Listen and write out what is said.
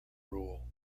rule